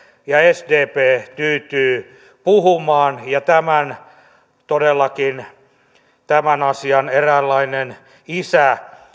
ja sdp tyytyy puhumaan ja tämän todellakin tämän asian eräänlainen isä